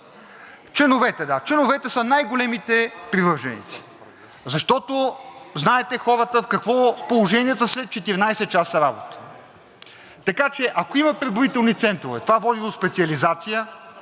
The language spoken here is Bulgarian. Членовете, да, членовете са най-големите привърженици, защото знаете хората в какво положение са след 14 часа работа. Така че, ако има преброителни центрове, това води до специализация,